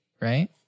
right